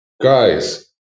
guys